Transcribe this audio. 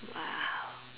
!wow!